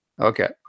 Okay